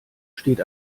steht